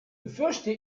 befürchte